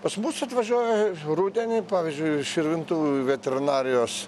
pas mus atvažiuoja rudenį pavyzdžiui širvintų veterinarijos